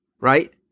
right